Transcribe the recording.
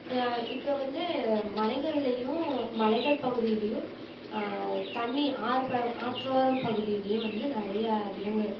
இப்போ வந்து மலைகள்லையும் மலைகள் பகுதிலையும் தண்ணி ஆறு ப ஆற்றோரம் பகுதிலையும் வந்து நிறையா விலங்கு